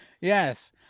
Yes